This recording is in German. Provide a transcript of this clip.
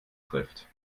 trifft